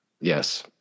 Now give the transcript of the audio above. Yes